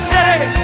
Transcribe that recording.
City